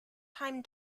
time